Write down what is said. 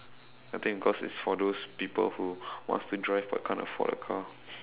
I think cause it's for those people who wants to drive but can't afford a car